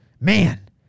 man